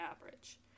average